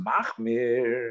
Machmir